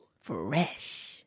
Fresh